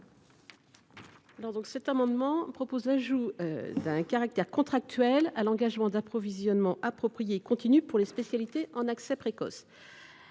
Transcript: commission ? L’amendement n° 927 vise à ajouter un caractère contractuel à l’engagement d’approvisionnement approprié et continu pour les spécialités en accès précoce.